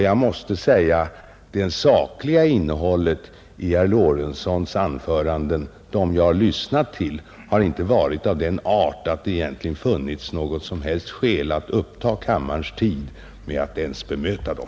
Jag måste säga att det sakliga innehållet i de av herr Lorentzons anföranden som jag har lyssnat till inte har varit av den arten att det egentligen funnits något som helst skäl till att uppta kammarens tid med att ens bemöta dem.